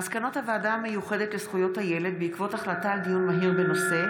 מסקנות הוועדה המיוחדת לזכויות הילד בעקבות דיון מהיר בהצעתו